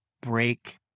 break